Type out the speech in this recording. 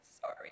sorry